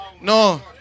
No